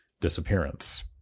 disappearance